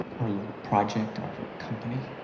our little project. our company